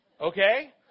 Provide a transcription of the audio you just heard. Okay